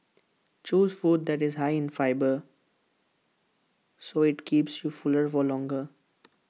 choose food that is high in fibre so IT keeps you fuller for longer